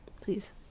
please